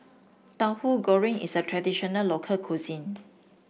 Tahu Goreng is a traditional local cuisine